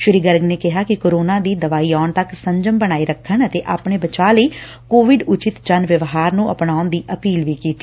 ਸ੍ਰੀ ਗਰਗ ਨੇ ਕੋਰੋਨਾ ਦੀ ਦਵਾਈ ਆਉਣ ਤੱਕ ਸੰਜਮ ਬਣਾਏ ਰੱਖਣ ਅਤੇ ਆਪਣੇ ਬਚਾਅ ਲਈ ਕੋਵਿਡ ਉਚਿਤ ਜਨ ਵਿਵਹਾਰ ਨੂੰ ਅਪਣਾਉਣ ਦੀ ਅਪੀਲ ਕੀਤੀ